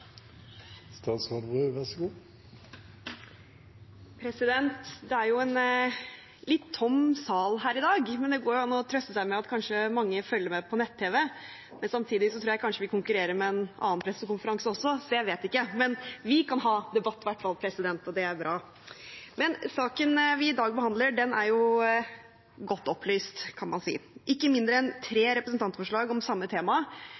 en litt tom sal her i dag, men det går jo an å trøste seg med at mange kanskje følger med på nett-tv. Samtidig tror jeg kanskje vi konkurrerer med en pressekonferanse også, så jeg vet ikke. Men vi kan ha debatt, i hvert fall, og det er bra. Saken vi i dag behandler, er godt opplyst, kan man si. Ikke mindre enn tre representantforslag om samme tema